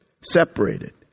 Separated